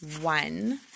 one